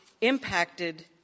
impacted